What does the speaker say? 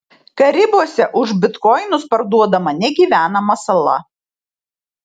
karibuose už bitkoinus parduodama negyvenama sala